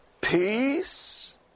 peace